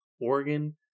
Oregon